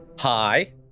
Hi